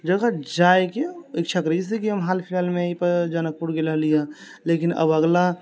जगह जाय के इच्छा करै छै जैसे कि हम हाल फिलहाल मे यहीॅं पर जनकपुर गेल रहली यऽ लेकिन अब अगला